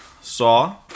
saw